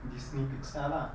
disney pixar lah